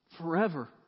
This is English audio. Forever